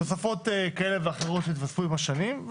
תוספות כאלה ואחרות שהתווספו עם השנים.